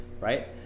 Right